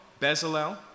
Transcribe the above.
Bezalel